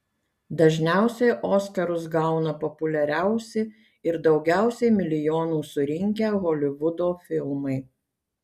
dažniausiai oskarus gauna populiariausi ir daugiausiai milijonų surinkę holivudo filmai